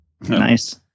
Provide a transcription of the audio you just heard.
Nice